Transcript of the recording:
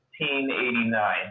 1889